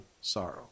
sorrow